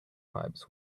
bagpipes